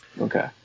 Okay